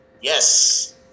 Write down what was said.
Yes